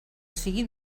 sigui